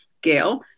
Gail